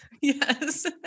Yes